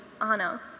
Anna